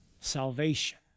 salvation